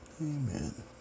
Amen